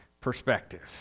perspective